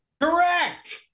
Correct